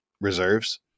reserves